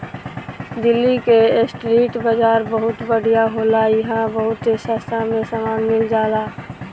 दिल्ली के स्ट्रीट बाजार बहुत बढ़िया होला इहां बहुत सास्ता में सामान मिल जाला